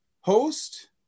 host